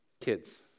Kids